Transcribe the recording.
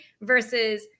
versus